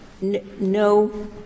no